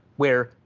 where,